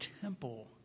temple